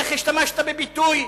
השתמשת בביטוי,